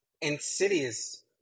Insidious